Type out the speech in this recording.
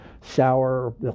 sour